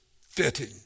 fitting